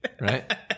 Right